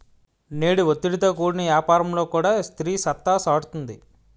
నేడు ఒత్తిడితో కూడిన యాపారంలో కూడా స్త్రీ సత్తా సాటుతుంది